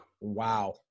Wow